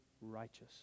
righteous